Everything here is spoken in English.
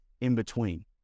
in-between